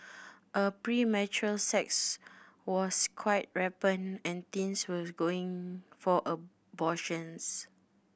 a premarital sex was quite rampant and teens with going for abortions